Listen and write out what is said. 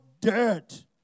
dirt